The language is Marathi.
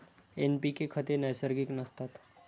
एन.पी.के खते नैसर्गिक नसतात